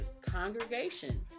congregation